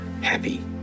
happy